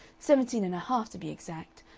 seventeen and a half to be exact,